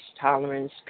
tolerance